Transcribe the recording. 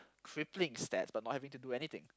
crippling stats but not having to do anything